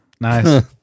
Nice